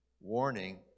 warning